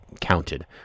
counted